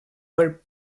where